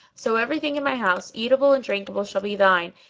so every thing in my house, eatable and drinkable, shall be thine,